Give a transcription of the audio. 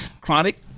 Chronic